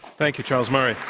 thank you, charles murray.